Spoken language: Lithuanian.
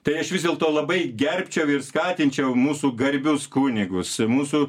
tai aš vis dėlto labai gerbčiau ir skatinčiau mūsų garbius kunigus mūsų